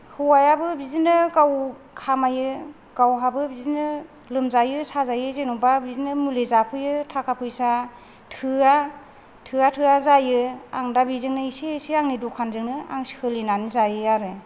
हौवायाबो बिदिनो गाव खामायो गावहाबो बिदिनो लोमजायो साजायो जेनबा बिदिनो मुलि जाफैयो थाखा फैसा थोआ थोआ थोआ जायो आं दा बेजोंनो इसे इसे आंनि दखानजोंनो आं सोलिनानै जायो आरो